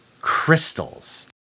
crystals